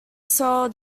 sell